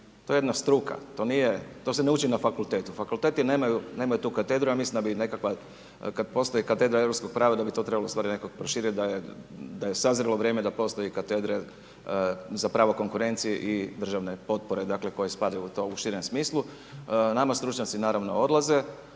to je jedna struka, to se ne uči na fakultetu, fakulteti nemaju tu katedru, ja mislim da bi da bi nekakva, kad postoji katedra europskog prava da bi to trebalo ustvari nekako proširiti, da je sazrelo vrijeme da postoji katedra za pravo konkurencije i državne potpore dakle koje spadaju u to u širem smislu. Nama stručnjaci naravno odlaze,